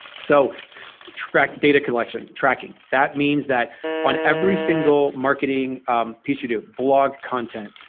so track data collection tracking, that means that on every single marketing piece you do, blog content,